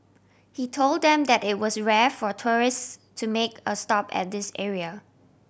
he told them that it was rare for tourists to make a stop at this area